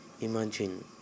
imagine